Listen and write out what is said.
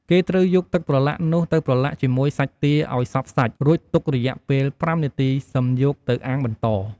គេត្រូវយកទឹកប្រឡាក់នោះទៅប្រឡាក់ជាមួយសាច់ទាឱ្យសព្វសាច់ រួចទុករយៈពេល៥នាទីសឹមយកទៅអាំងបន្ត។